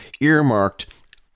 earmarked